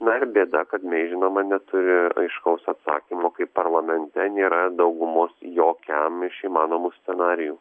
na ir bėda kad mei žinoma neturi aiškaus atsakymo kai parlamente nėra daugumos jokiam iš įmanomų scenarijų